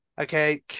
Okay